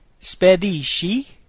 SPEDISCI